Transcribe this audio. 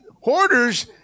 Hoarders